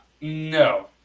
No